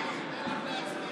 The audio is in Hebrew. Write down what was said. יאללה, אלקין, מספיק עם השקרים.